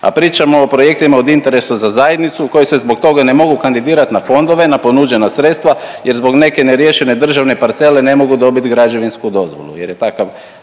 a pričamo o projektima od interesa za zajednicu u koju se zbog toga ne mogu kandidirat na fondove na ponuđena sredstva jer zbog neke neriješene državne parcele ne mogu dobit građevinsku dozvolu